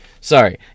Sorry